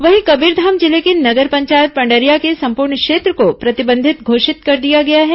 वहीं कबीरधाम जिले के नगर पंचायत पंडरिया के संपूर्ण क्षेत्र को प्रतिबंधित घोषित कर दिया गया है